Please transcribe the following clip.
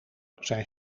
zijn